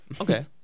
okay